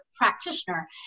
practitioner